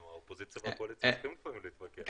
נו, הקואליציה והאופוזיציה צריכים לפעמים להתווכח.